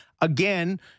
again